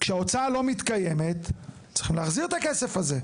כשההוצאה לא מתקיימת צריך להחזיר את הכסף הזה.